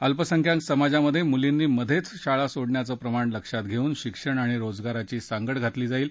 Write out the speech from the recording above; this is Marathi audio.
अल्पसंख्याक समाजात मुलींनी मधेच शाळा सोडण्याचं प्रमाण लक्षात घेऊन शिक्षण आणि रोजगाराची सांगड घातली जाईल